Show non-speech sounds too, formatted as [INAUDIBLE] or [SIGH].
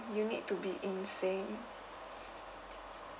you need to be insane [LAUGHS]